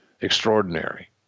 extraordinary